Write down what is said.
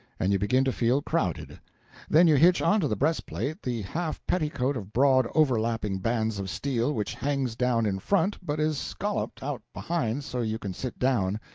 and you begin to feel crowded then you hitch onto the breastplate the half-petticoat of broad overlapping bands of steel which hangs down in front but is scolloped out behind so you can sit down,